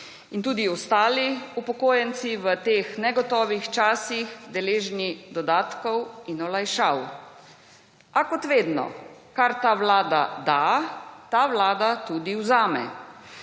in tudi ostali upokojenci v teh negotovih časih deležni dodatkov in olajšav. A kot vedno - kar ta vlada da, ta vlada tudi vzame.